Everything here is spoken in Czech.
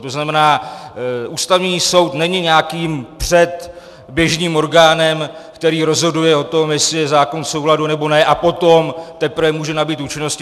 To znamená, Ústavní soud není nějakým předběžným orgánem, který rozhoduje o tom, jestli je zákon v souladu, nebo ne, a potom teprve může nabýt účinnosti.